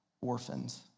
orphans